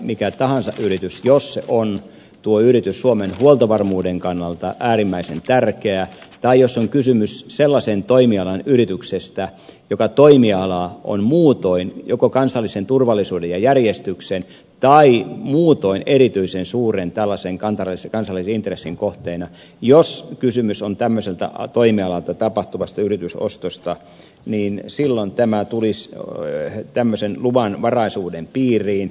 mikä tahansa yritys jos se on suomen huoltovarmuuden kannalta äärimmäisen tärkeä tai jos on kysymys sellaisen toimialan yrityksestä joka toimiala on muutoin joko kansallisen turvallisuuden ja järjestyksen tai muutoin erityisen suuren tällaisen kansallisen intressin kohteena jos kysymys on tämmöiseltä toimialalta tapahtuvasta yritysostosta tulisi silloin tämmöisen luvanvaraisuuden piiriin